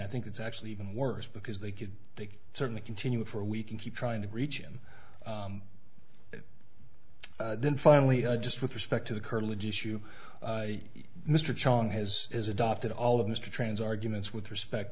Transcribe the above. i think it's actually even worse because they could they certainly continue for we can keep trying to reach him then finally just with respect to the curtilage issue mr chang has adopted all of mr trans arguments with respect